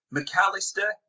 McAllister